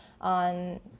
on